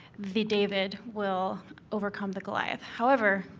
the david will overcome the goliath. however,